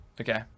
Okay